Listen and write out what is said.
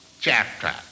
chapter